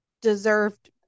deserved